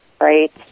right